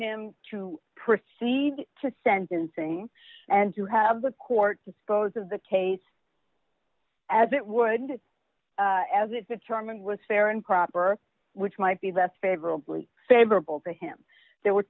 him to proceed to sentencing and to have the court dispose of the case as it would as it determine was fair and proper which might be less favorably favorable to him there were